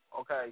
Okay